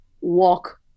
walk